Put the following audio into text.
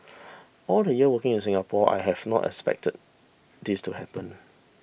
all the years working in Singapore I have not expected this to happen